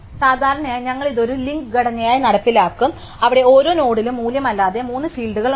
സാധാരണയായി ഞങ്ങൾ ഇത് ഒരു ലിങ്ക് ഘടനയായി നടപ്പിലാക്കും അവിടെ ഓരോ നോഡിലും മൂല്യം അല്ലാതെ 3 ഫീൽഡുകൾ ഉണ്ട്